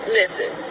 listen